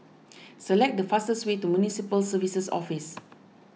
select the fastest way to Municipal Services Office